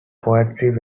poetry